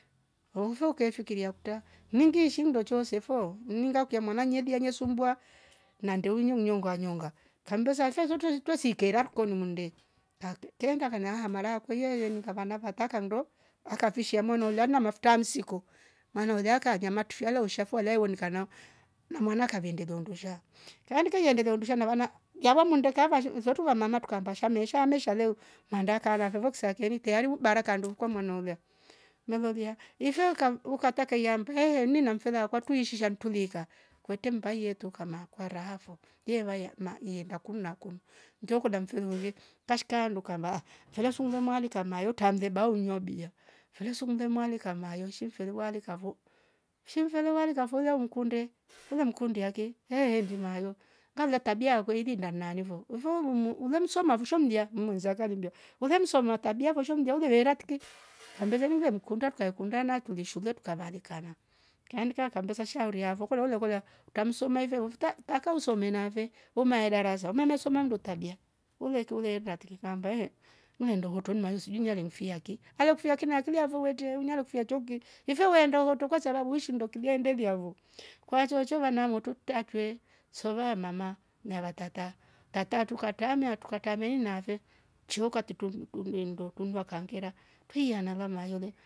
Hovo kefikiria kuta ningishi ndoo chose fo mninga kia mwana nyedia nye sumbua na ndeunyo mjonga jonga kambesa safiya swete zote uretwe sikera koni munde kak keeenga kanya mara kwahia yeninga vana vata kando akipishia mwana uliana mafuta amsiko mwana uliaka nyama tufiale ushafwa yala wonika nao na mwana kavendega ndusha kila kinda yendele undusha na vana yvawa mwende kava usoto wamama tukamba shamesa mesha leu manda kala fevo kusakieni teyari ubarakandu kwa mwana olia, nelolia ife uka- ukataka iyambe ehh nina mfela wakwetu ishi shantulika kwete mmbaye toka ma kwara fo yevaya mai iyenda kum na kum ndo koda mfiri ulie kashika ndu kamba ahh fela sungle mali kamayo tamleba hunywa bia firi sumlemale kama yoshi mfere walikavo shim velewale kafolia umm kunde ule mkunde yake endimayo ngala tabia ya kued dana nifo uvu lum ule msoma vosha mjia maanza kalimbia were msoma tabia voshe mreuje veratiki kambeze nive mkunda tukayakunda tulis shule kavarikana, kainika kambesa shauri avo ukolo weule kolia utamsoma ive wovtata mpaka usome nave woma ya darsa umama soma ndo tabia uleki ulenda tiki namba ye mne ndohoto mayu sujinilifia ki ale kufyo kina kiliavo wete unyaro kufia choki ifo wende hoto kwasabu wishi ndo kile ndelia vo kwaya chocho vana mo tutatweye sova mama nava tata, tata tukataamia tukatame hinvae chioka tito mtu mbendo tungwa kaangera twiya nava mayole